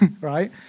right